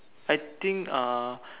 I think uh